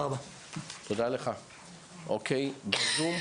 אני עובדת